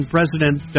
President